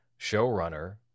showrunner